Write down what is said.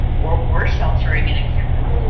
we're we're sheltering in encampments.